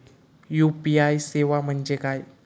UPI सेवा म्हणजे काय?